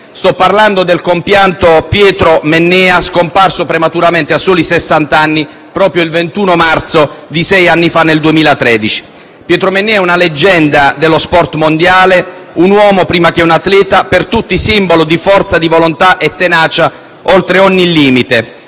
Sto parlando del compianto Pietro Mennea, scomparso prematuramente a soli sessant'anni proprio il 21 marzo di sei anni fa, nel 2013. Pietro Mennea è una leggenda dello sport mondiale, un uomo prima che un atleta per tutti simbolo di forza di volontà e tenacia oltre ogni limite,